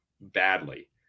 badly